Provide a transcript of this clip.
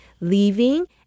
leaving